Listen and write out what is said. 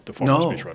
No